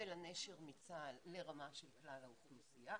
הנשר מצה"ל לרמה של כלל האוכלוסייה,